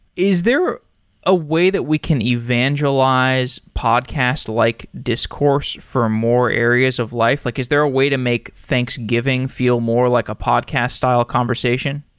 is there a way that we can evangelize podcast like discourse for more areas of life? like is there a way to make thanksgiving feel more like a podcast style conversation?